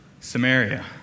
Samaria